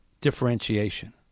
differentiation